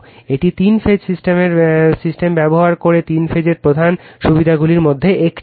এটি তিন phase system ব্যবহার করে তিন ফেজের প্রধান সুবিধাগুলির মধ্যে একটি